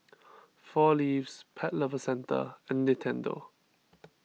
four Leaves Pet Lovers Centre and Nintendo